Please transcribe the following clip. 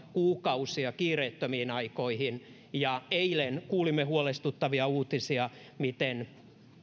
kuukausia kiireettömiin aikoihin eilen kuulimme huolestuttavia uutisia siitä miten